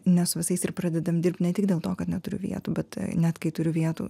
ne su visais ir pradedam dirbt ne tik dėl to kad neturiu vietų bet net kai turiu vietų